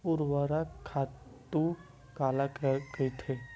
ऊर्वरक खातु काला कहिथे?